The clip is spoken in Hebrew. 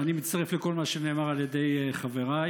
אני מצטרף לכל מה שנאמר על ידי חבריי.